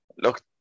Look